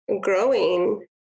growing